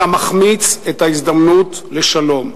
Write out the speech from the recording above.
אתה מחמיץ את ההזדמנות לשלום.